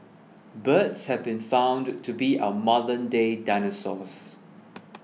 birds have been found to be our modernday dinosaurs